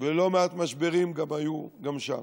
ולא מעט משברים היו גם שם.